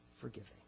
forgiving